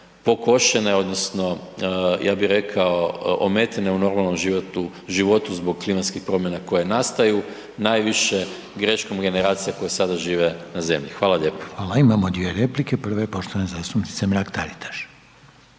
pokošene odnosno, ja bi rekao, ometene u normalnom životu zbog klimatskih promjena koje nastaju, najviše greškom generacija koje sada žive na zemlji. Hvala lijepo. **Reiner, Željko (HDZ)** Hvala. Imamo 2 replike, prva je poštovane zastupnice Mrak-Taritaš.